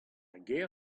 gêr